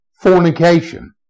fornication